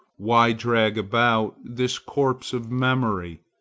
why drag about this corpse of memory,